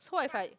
so what if I